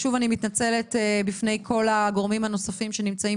אני רוצה להודות לכל הגורמים שלא הצליחו